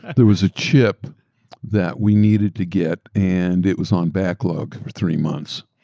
there was a chip that we needed to get and it was on backlog for three months.